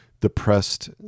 depressed